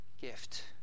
gift